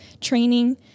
training